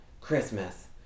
Christmas